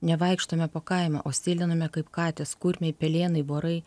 nevaikštome po kaimą o sėliname kaip katės kurmiai pelėnai vorai